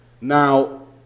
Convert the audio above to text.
Now